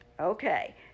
Okay